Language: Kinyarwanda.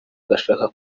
gashaka